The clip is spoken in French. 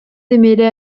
démêlés